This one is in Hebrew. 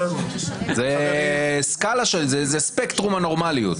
שיקולים אחרים שגרמו למינוי כזה או אחר.